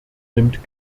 nimmt